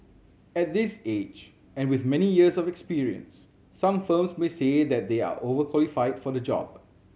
at this age and with many years of experience some firms may say that they are overqualified for the job